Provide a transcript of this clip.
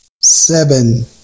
seven